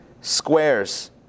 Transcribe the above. squares